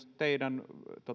teidän